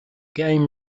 game